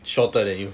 shorter than you